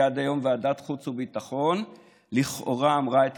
כי עד כה ועדת חוץ וביטחון לכאורה אמרה את